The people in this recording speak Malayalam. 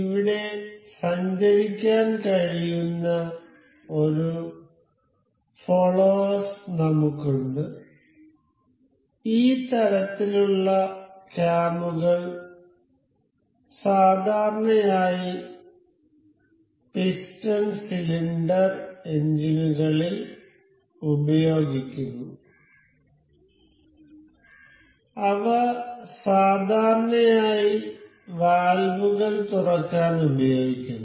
ഇവിടെ സഞ്ചരിക്കാൻ കഴിയുന്ന ഒരു ഫോള്ളോവെഴ്സ് നമുക്കുണ്ട് ഈ തരത്തിലുള്ള ക്യാമുകൾ സാധാരണയായി പിസ്റ്റൺ സിലിണ്ടർ എഞ്ചിനുകളിൽ ഉപയോഗിക്കുന്നു അവ സാധാരണയായി വാൽവുകൾ തുറക്കാൻ ഉപയോഗിക്കുന്നു